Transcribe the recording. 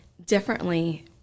differently